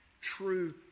true